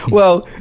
well,